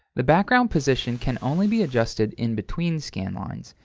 the background position can only be adjusted in between scanlines,